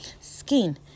skin